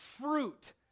fruit